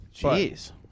jeez